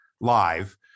live